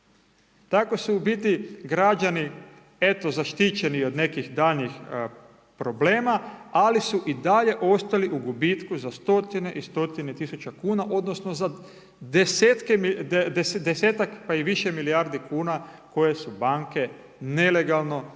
Tako su u biti građani eto, zaštićeni od nekih daljnjih problema, ali su i dalje ostali u gubitku za stotine i stotine tisuće kuna, odnosno za 10-ak pa i više milijardi kuna koje su banke nelegalno, nezakonito